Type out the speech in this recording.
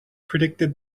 predicted